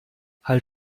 halt